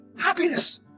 Happiness